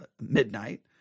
midnight